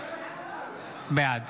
בעד